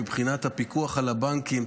מבחינת הפיקוח על הבנקים,